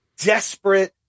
desperate